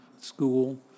School